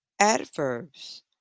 adverbs